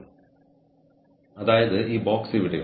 എന്നിട്ട് ആ കഴിവുകൾ പ്രയോജനപ്പെടുത്തുക